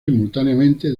simultáneamente